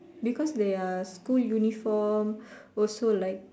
because their school uniform also like